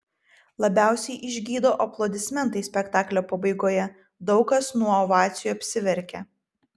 labiausiai išgydo aplodismentai spektaklio pabaigoje daug kas nuo ovacijų apsiverkia